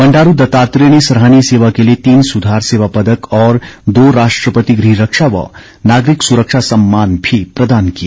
बंडारू दत्तात्रेय ने सराहनीय सेवा के लिए तीन सुधार सेवा पदक और दो राष्ट्रपति गृहरक्षा व नागरिक सुरक्षा सम्मान भी प्रदान किए